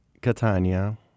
Catania